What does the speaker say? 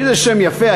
כי זה שם יפה,